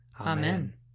Amen